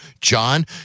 John